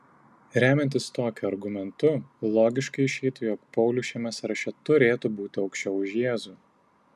remiantis tokiu argumentu logiškai išeitų jog paulius šiame sąraše turėtų būti aukščiau už jėzų